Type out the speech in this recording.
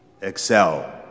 excel